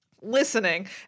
listening